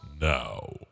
now